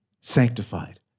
sanctified